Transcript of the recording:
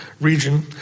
region